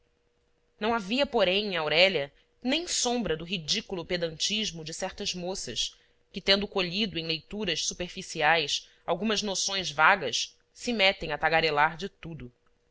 não havia porém em aurélia nem sombra do ridículo pedantismo de certas moças que tendo colhido em leituras superficiais algumas noções vagas se metem a tagarelar de tudo